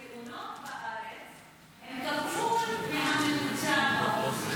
התאונות בארץ הן כפול מהממוצע ב-OECD,